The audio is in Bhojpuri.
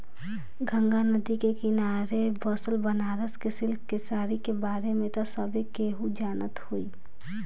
गंगा नदी के किनारे बसल बनारस के सिल्क के साड़ी के बारे में त सभे केहू जानत होई